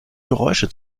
geräusche